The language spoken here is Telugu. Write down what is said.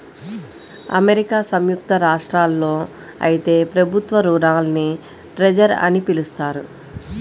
అమెరికా సంయుక్త రాష్ట్రాల్లో అయితే ప్రభుత్వ రుణాల్ని ట్రెజర్ అని పిలుస్తారు